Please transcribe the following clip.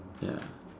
ya